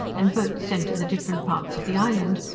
and boats sent to the different parts of the island,